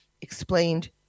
Explained